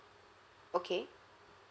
okay